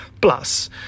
plus